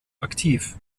aktiv